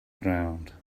ground